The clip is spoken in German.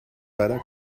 leider